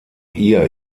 ihr